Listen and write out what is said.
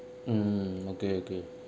mm okay okay